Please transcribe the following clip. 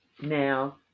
Now